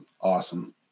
awesome